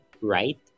right